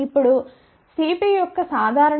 ఇప్పుడు Cp యొక్క సాధారణ విలువ 0